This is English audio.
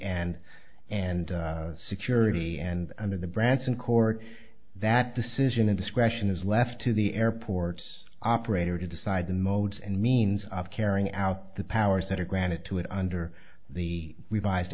and and security and under the branson court that decision and discretion is left to the airport's operator to decide the modes and means of carrying out the powers that are granted to it under the revised